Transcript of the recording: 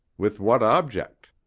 with what object?